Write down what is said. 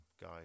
guy